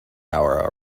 hour